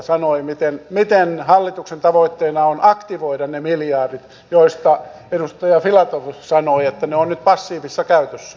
sanoi miten hallituksen tavoitteena on aktivoida ne miljardit joista edustaja filatov sanoi että ne ovat nyt passiivisessa käytössä